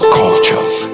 cultures